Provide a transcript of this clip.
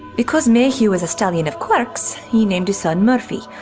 because mayhew was a stallion of quirks, he named his son murphy,